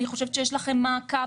אני חושבת שיש לכם מעקב,